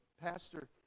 Pastor